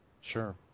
Sure